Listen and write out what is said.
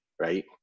right